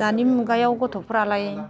दानि मुगायाव गथ'फोरालाय